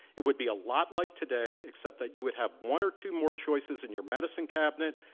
it would be a lot like today, except that you would have one or two more choices in your medicine cabinet,